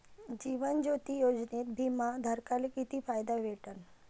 जीवन ज्योती योजनेत बिमा धारकाले किती फायदा भेटन?